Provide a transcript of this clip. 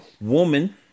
Woman